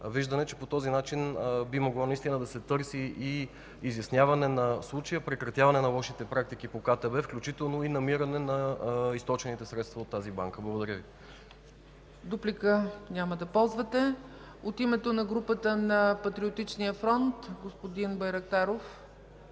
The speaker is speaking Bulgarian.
виждане, че по този начин би могло да се търси изясняване на случая, прекратяване на лошите практики по КТБ, включително и намиране на източените средства от тази банка. Благодаря Ви. ПРЕДСЕДАТЕЛ ЦЕЦКА ЦАЧЕВА: Дуплика? Няма да ползвате. От името на групата на Патриотичния фронт – господин Байрактаров.